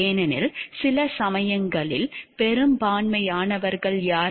ஏனெனில் சில சமயங்களில் பெரும்பான்மையானவர்கள் யார்